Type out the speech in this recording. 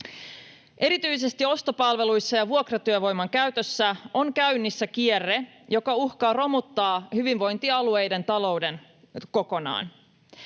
Erityisesti ostopalveluissa ja vuokratyövoiman käytössä on käynnissä kierre, joka uhkaa romuttaa hyvinvointialueiden talouden kokonaan.